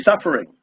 suffering